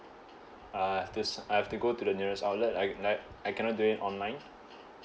I have to I have to go to the nearest outlet I like I cannot do it online